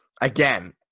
Again